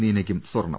നീനയ്ക്കും സ്വർണം